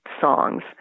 songs